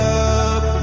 up